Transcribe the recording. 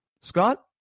Scott